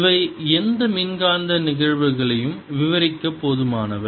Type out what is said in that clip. இவை எந்த மின்காந்த நிகழ்வுகளையும் விவரிக்க போதுமானவை